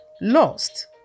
lost